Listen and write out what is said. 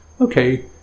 Okay